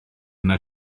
yna